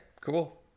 Cool